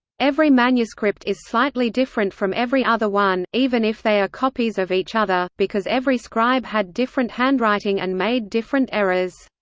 every manuscript is slightly different from every other one, even if they are copies of each other, because every scribe had different handwriting and made different errors.